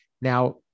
Now